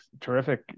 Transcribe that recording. terrific